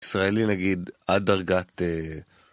ישראלי נגיד, עד דרגת אה..